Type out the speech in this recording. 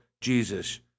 jesus